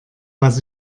was